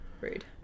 rude